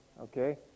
Okay